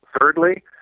Thirdly